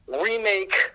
remake